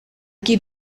qui